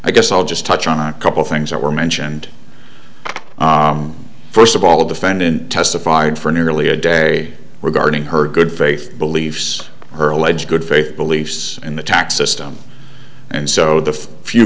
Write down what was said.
i guess i'll just touch on a couple things that were mentioned first of all the defendant testified for nearly a day regarding her good faith beliefs her alleged good faith beliefs in the tax system and so the few